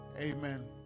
Amen